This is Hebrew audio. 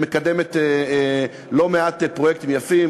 שמקדמת לא מעט פרויקטים יפים,